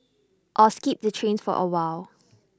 or skip the train for awhile